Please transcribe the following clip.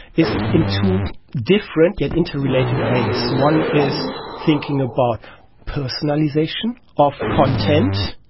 is in two different yet interrelated ways. one is thinking about personalisation of content,